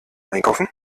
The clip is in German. einkaufen